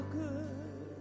good